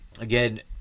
again